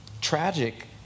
tragic